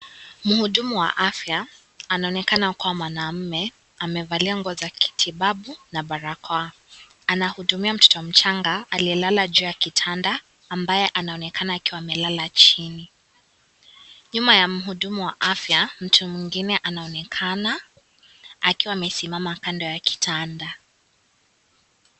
Muhudumu wa afya anaonekana kuwa mwanaume amevalia nguo za kitibabu na barakoa anahudumia mtoto mchanga aliyelala juu ya kitanda ambaye anaonekana akiwa amelala chini nyuma ya muhudumu wa afya mtu mwingine anaonekana akiwa amesimama kando ya kitanda.